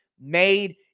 made